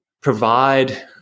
provide